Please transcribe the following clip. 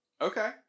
Okay